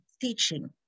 teaching